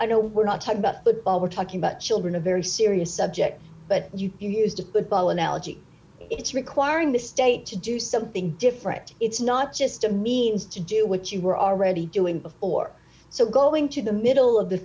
i know we're not talking about football we're talking about children a very serious subject but you used the ball analogy it's requiring the state to do something different it's not just a means to do what you were already doing before so going to the middle of the